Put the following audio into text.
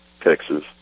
Texas